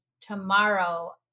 tomorrow